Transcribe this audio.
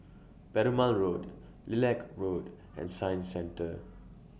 Perumal Road Lilac Road and Science Centre